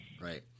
Right